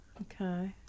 Okay